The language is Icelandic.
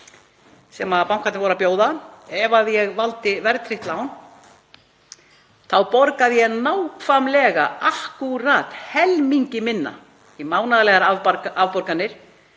sem bankarnir voru að bjóða. Ef ég valdi verðtryggt lán þá borgaði ég nákvæmlega akkúrat helmingi minna í mánaðarlegar afborganir